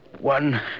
One